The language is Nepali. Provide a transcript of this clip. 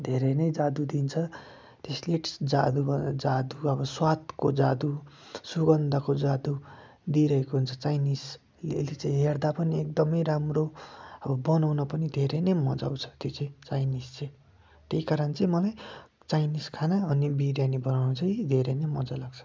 धेरै नै जादु दिन्छ त्यसले जादुमा जादु अब स्वादको जादु सुगन्धको जादु दिइरहेको हुन्छ चाइनिज यसले चाहिँ हेर्दा पनि एकदमै राम्रो अब बनाउन पनि धेरै नै मजा आउँछ त्यो चाहिँ चाइनिज चाहिँ त्यही कारण चाहिँ मलाई चाइनिज खाना अनि बिर्यानी बनाउनु चाहिँ धेरै नै मजा लाग्छ